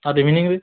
ଆର୍ ଇଭିନିଙ୍ଗ୍ରେ